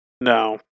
No